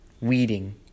weeding